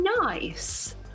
Nice